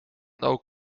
ook